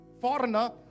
foreigner